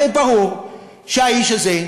הרי ברור שהאיש הזה,